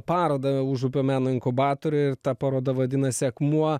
parodą užupio meno inkubatoriuj ir ta paroda vadinasi akmuo